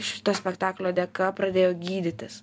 šito spektaklio dėka pradėjo gydytis